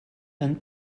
and